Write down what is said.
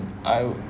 I